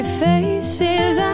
faces